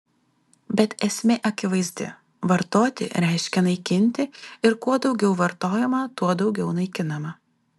bet esmė akivaizdi vartoti reiškia naikinti ir kuo daugiau vartojama tuo daugiau naikinama